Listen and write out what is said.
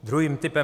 Druhým typem